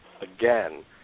again